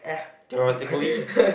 theoretically